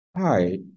Hi